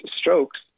strokes